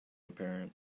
apparent